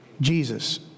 Jesus